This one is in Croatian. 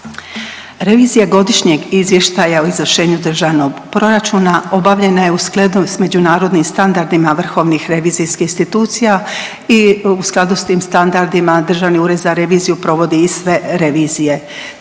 Revizija Godišnjeg izvještaja o izvršenju Državnog proračuna obavljena je u skladu s međunarodnim standardima vrhovnih revizorskih institucija i u skladu s tim standardima Državni ured za reviziju provodi i sve revizije.